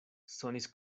sonis